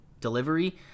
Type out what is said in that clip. delivery